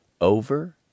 over